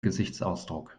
gesichtsausdruck